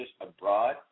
abroad